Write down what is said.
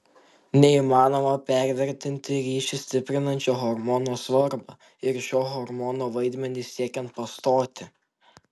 neįmanoma pervertinti ryšį stiprinančio hormono svarbą ir šio hormono vaidmenį siekiant pastoti